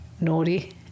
naughty